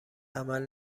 عمل